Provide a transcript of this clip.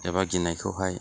एबा गिनायखौहाय